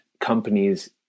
companies